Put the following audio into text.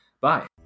Bye